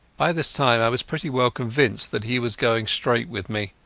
by this time i was pretty well convinced that he was going straight with me.